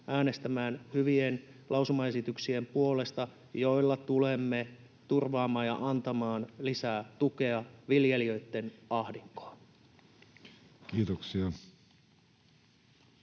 äänestämään hyvien lausumaesityksien puolesta, joilla tulemme turvaamaan ja antamaan lisää tukea viljelijöitten ahdinkoon. Toiseen